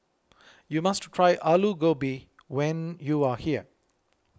you must try Alu Gobi when you are here